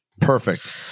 Perfect